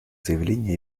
заявлений